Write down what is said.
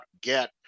get